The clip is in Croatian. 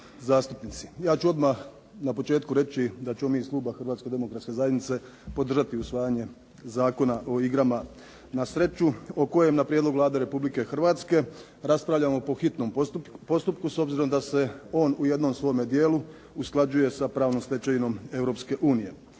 Ja ću odmah na početku reći da ćemo mi iz kluba Hrvatske Demokratske Zajednice podržati usvajanje Zakona o igrama na sreću o kojem na prijedlog Vlade Republike Hrvatske raspravljamo po hitnom postupku s obzirom da se on u jednom svome dijelu usklađuje sa pravnom stečevinom